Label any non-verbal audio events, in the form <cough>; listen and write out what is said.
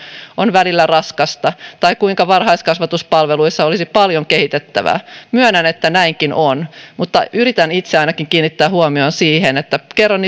on välillä raskasta tai kuinka varhaiskasvatuspalveluissa olisi paljon kehitettävää myönnän että näinkin on mutta yritän itse ainakin kiinnittää huomiota siihen että kerron <unintelligible>